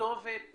כתובת